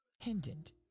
pendant